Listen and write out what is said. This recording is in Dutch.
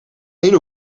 een